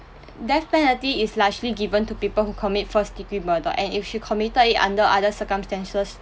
death penalty is largely given to people who commit first degree murder and if you committed it under other circumstances